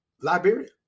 Liberia